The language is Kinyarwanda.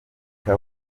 cya